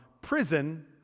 prison